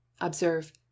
Observe